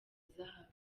zahabu